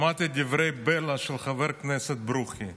שמעתי את דברי הבלע של חבר הכנסת ברוכי,